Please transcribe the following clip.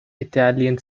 italian